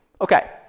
Okay